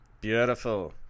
Beautiful